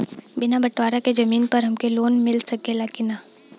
बिना बटवारा के जमीन पर हमके लोन मिल सकेला की ना?